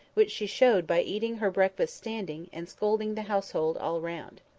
which she showed by eating her breakfast standing, and scolding the household all round.